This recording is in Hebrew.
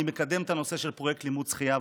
אני מקדם את הנושא של פרויקט לימוד שחייה,